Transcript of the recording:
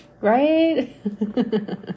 Right